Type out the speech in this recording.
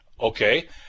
Okay